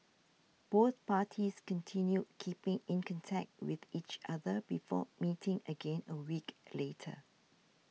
both parties continued keeping in contact with each other before meeting again a week later